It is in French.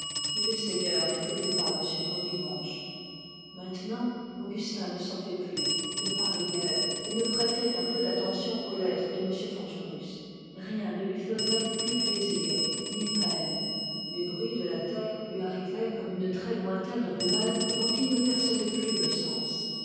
mais le seigneur n'écoutait pas m courdimanche maintenant augustin ne sortait plus ne parlait guère et ne prêtait un peu d'attention qu'aux lettres de m forgerus rien ne lui faisait plaisir ni peine les bruits de la terre lui arrivaient comme une très lointaine rumeur dont il ne percevait plus le sens